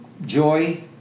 joy